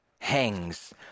hangs